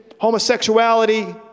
homosexuality